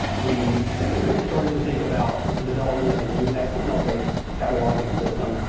we started to think about the development of a new xml based cataloging system,